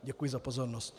Děkuji za pozornost.